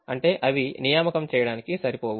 అంటే అవి నియామకం చేయడానికి సరిపోవు